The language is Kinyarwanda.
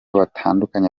batandukanye